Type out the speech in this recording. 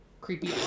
creepy